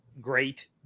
great